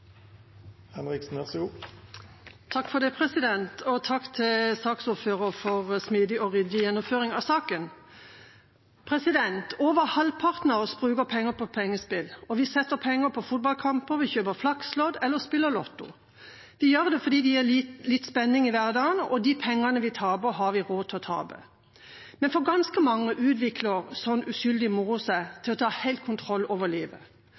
Takk til saksordføreren for en smidig og ryddig gjennomføring av saken. Over halvparten av oss bruker penger på pengespill. Vi setter penger på fotballkamper, kjøper Flax-lodd eller spiller Lotto. Vi gjør det fordi det gir litt spenning i hverdagen, og de pengene vi taper, har vi råd til å tape. Men for ganske mange utvikler slik uskyldig moro seg til å ta full kontroll over livet.